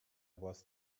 was